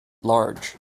large